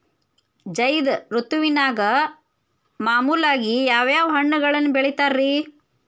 ಝೈದ್ ಋತುವಿನಾಗ ಮಾಮೂಲಾಗಿ ಯಾವ್ಯಾವ ಹಣ್ಣುಗಳನ್ನ ಬೆಳಿತಾರ ರೇ?